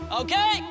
Okay